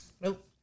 nope